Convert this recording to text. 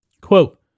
Quote